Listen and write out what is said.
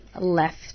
left